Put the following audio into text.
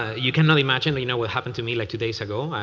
you cannot imagine you know what happened to me like two days ago,